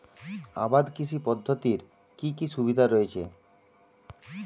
আবাদ কৃষি পদ্ধতির কি কি সুবিধা রয়েছে?